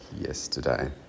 yesterday